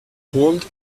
pulled